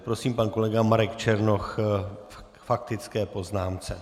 Prosím, pan kolega Marek Černoch k faktické poznámce.